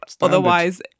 Otherwise